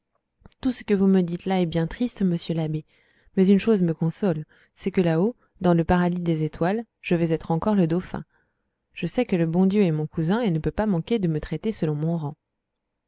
tout ce que vous me dites là est bien triste monsieur l'abbé mais une chose me console c'est que là-haut dans le paradis des étoiles je vais être encore le dauphin je sais que le bon dieu est mon cousin et ne peut pas manquer de me traiter selon mon rang